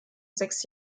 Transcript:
sechs